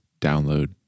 download